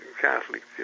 Catholics